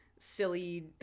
Silly